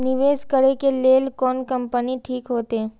निवेश करे के लेल कोन कंपनी ठीक होते?